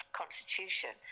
constitution